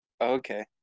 Okay